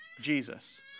Jesus